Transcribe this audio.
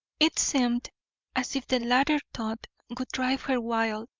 it seemed as if the latter thought would drive her wild.